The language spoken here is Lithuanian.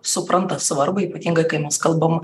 supranta svarbą ypatingai kai mes kalbam